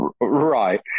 Right